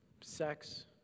Sex